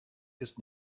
ist